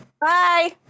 Bye